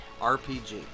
RPG